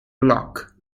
block